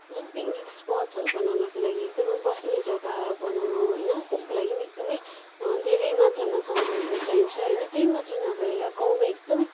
जुन पिकनिक स्पोटहरू बनाउनका लागि एकदमै बस्ने जग्गा बनाउनु होइन त्यसको लागि पनि एकदमै धेरै मात्रामा समानहरू चाहिन्छ होइन त्यहीमात्र नभएर गाउँमा एकदमै